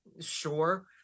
sure